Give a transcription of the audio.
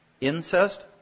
incest